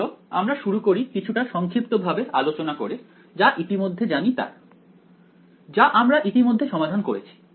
চলো আমরা কিছুটা সংক্ষিপ্তভাবে আলোচনা করে শুরু করি ইতিমধ্যে যা জানি যা আমরা ইতিমধ্যে সমাধান করেছি তার